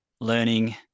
learning